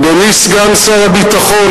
אדוני סגן שר הביטחון,